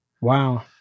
Wow